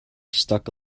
stuck